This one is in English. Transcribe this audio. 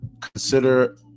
consider